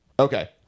Okay